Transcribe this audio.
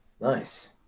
Nice